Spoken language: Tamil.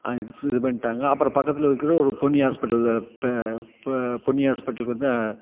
இது இது பண்ணிட்டாங்க அப்புறம் பக்கத்தில் இருக்கிற ஒரு பொன்னி ஹாஸ்பிட்டலில் ப ப பொன்னி ஹாஸ்பிட்டலுக்கு வந்து